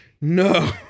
No